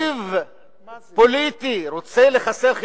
(חברת הכנסת מירי רגב יוצאת מאולם